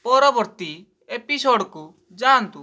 ପରବର୍ତ୍ତୀ ଏପିସୋଡକୁ ଯାଆନ୍ତୁ